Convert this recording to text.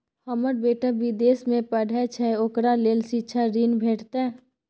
हमर बेटा विदेश में पढै छै ओकरा ले शिक्षा ऋण भेटतै?